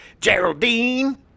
Geraldine